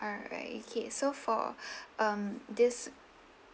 alright K so for um this